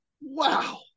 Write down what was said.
Wow